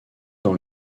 dans